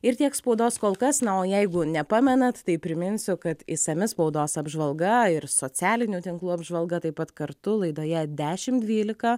ir tiek spaudos kol kas na o jeigu nepamenat tai priminsiu kad išsami spaudos apžvalga ir socialinių tinklų apžvalga taip pat kartu laidoje dešim dvylika